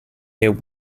their